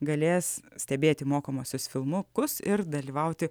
galės stebėti mokomuosius filmukus ir dalyvauti